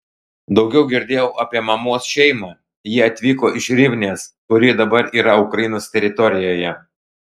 daugiau girdėjau apie mamos šeimą jie atvyko iš rivnės kuri dabar yra ukrainos teritorijoje